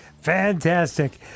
Fantastic